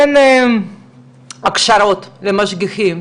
אין הכשרות למשגיחים,